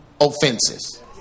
offenses